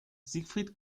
siegfried